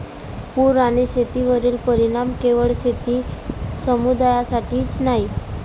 पूर आणि शेतीवरील परिणाम केवळ शेती समुदायासाठीच नाही